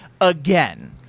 again